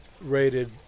rated